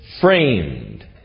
framed